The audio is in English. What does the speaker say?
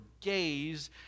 gaze